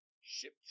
Shipped